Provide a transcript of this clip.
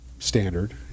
Standard